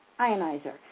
ionizer